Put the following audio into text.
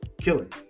killing